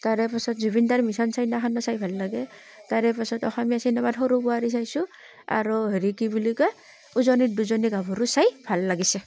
তাৰেপাছত জুবিনদাৰ মিছন চাইনাখন মই চাই ভাল লাগে তাৰেপাছত অসমীয়া চিনেমা সৰু বোৱাৰী চাইছোঁ আৰু হেৰি কি বুলি কয় উজনীত দুজনী গাভৰু চাই ভাল লাগিছে